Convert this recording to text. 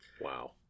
Wow